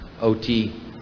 OT